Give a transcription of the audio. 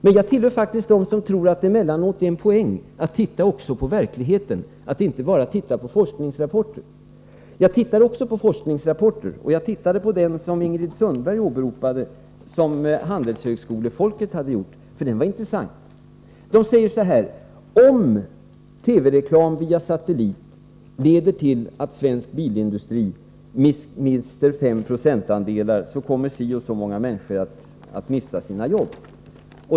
Men jag tillhör dem som tror att det emellanåt är en poäng att också se till verkligheten och inte bara läsa forskningsrapporter. Jag läser också forskningsrapporter och har bl.a. tagit del av den av Ingrid Sundberg här åberopade rapporten, som handelshögskolefolket har gjort. Den var intressant. Man säger bl.a. att om TV-reklam via satellit leder till att svensk bilindustri mister 5 procentandelar kommer si och så många människor att mista sina jobb.